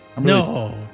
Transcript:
No